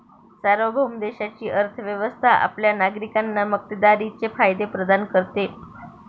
सार्वभौम देशाची अर्थ व्यवस्था आपल्या नागरिकांना मक्तेदारीचे फायदे प्रदान करते